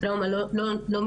הטראומה לא מסתיימת.